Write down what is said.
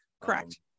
Correct